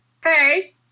hey